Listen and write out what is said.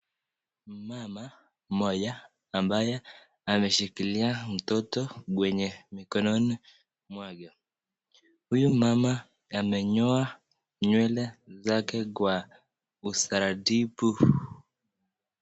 Mama mmoja ambaye ameshikilia mtoto kwenye mikononi mwake, huyu mama amenyoa nywele zake kwa utaratibu.